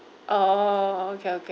oh okay okay